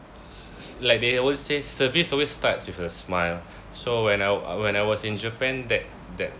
s~ like they always say service always starts with a smile so when I when I was in japan that that